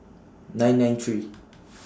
nine nine three